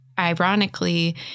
Ironically